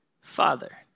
Father